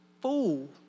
fool